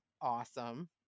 awesome